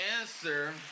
answer